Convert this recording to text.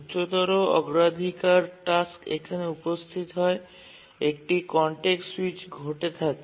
উচ্চতর অগ্রাধিকার টাস্ক এখানে উপস্থিত হয় একটি কনটেক্সট সুইচ ঘটে থাকে